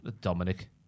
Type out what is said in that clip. Dominic